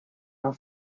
her